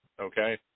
okay